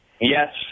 yes